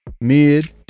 mid